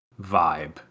vibe